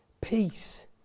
peace